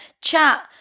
chat